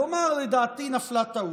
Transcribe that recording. יאמר: לדעתי נפלה טעות,